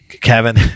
Kevin